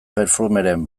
perfumeren